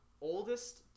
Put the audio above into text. oldest